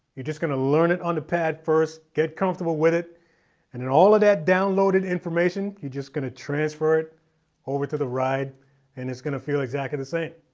you're just gonna learn it on the pad first. get comfortable with it and then all of that downloaded information you're just going to transfer it over to the ride and it's gonna feel exactly the same.